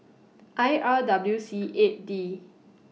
I R W C eight D